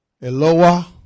Eloah